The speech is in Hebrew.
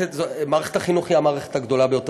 מערכת החינוך היא המערכת הגדולה ביותר